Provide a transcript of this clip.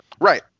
right